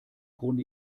grunde